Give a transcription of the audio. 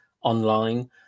online